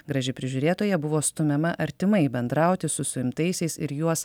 graži prižiūrėtoja buvo stumiama artimai bendrauti su suimtaisiais ir juos